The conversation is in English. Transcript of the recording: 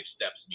steps